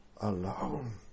alone